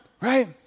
Right